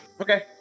Okay